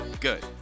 Good